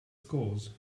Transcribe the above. scores